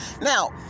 Now